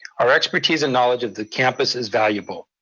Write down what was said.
our expertise and knowledge of the campus is valuable,